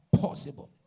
Possible